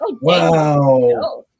Wow